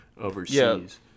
overseas